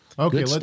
Okay